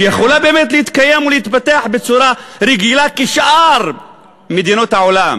שיכולה באמת להתקיים ולהתפתח בצורה רגילה כשאר מדינות העולם